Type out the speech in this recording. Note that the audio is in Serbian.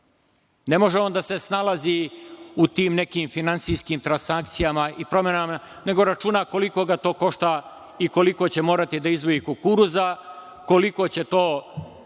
Ne može on da se snalazi u tim nekim finansijskim transakcijama i promenama, nego računa koliko ga to košta i koliko će morati da izdvoji kukuruza, koliko će to